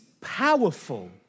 powerful